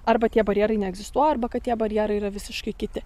arba tie barjerai neegzistuoja arba kad tie barjerai yra visiškai kiti